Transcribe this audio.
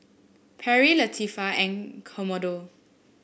Perri Latifah and Commodore